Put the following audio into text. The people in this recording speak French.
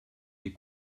des